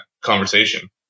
conversation